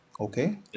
okay